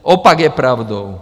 Opak je pravdou.